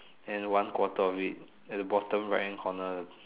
and one quarter of it at the bottom right hand corner the